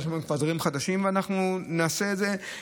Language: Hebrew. יש היום כבר דברים חדשים, ואנחנו נעשה את זה.